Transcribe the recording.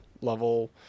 level